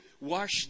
wash